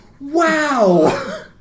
Wow